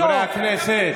חברי הכנסת.